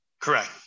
Correct